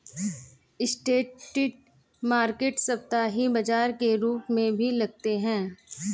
street market साप्ताहिक बाजार के रूप में भी लगते हैं